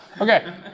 Okay